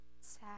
sad